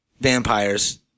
vampires